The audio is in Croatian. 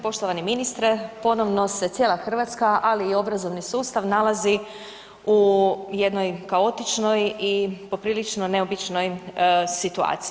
Poštovani ministre, ponosno se cijeli Hrvatska ali i obrazovni sustav nalazi u jednoj kaotičnoj i poprilično neobičnoj situaciji.